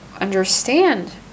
understand